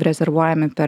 rezervuojami per